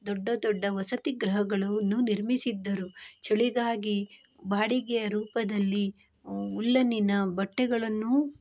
ದೊಡ್ಡ ದೊಡ್ಡ ವಸತಿ ಗೃಹಗಳನ್ನು ನಿರ್ಮಿಸಿದ್ದರು ಚಳಿಗಾಗಿ ಬಾಡಿಗೆಯ ರೂಪದಲ್ಲಿ ಉಲ್ಲನ್ನಿನ ಬಟ್ಟೆಗಳನ್ನೂ